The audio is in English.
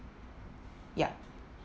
ya